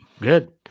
Good